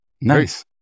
Nice